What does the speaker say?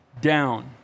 down